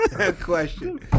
question